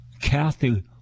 Kathy